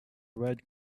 red